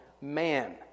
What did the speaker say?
man